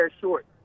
short